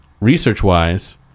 Research-wise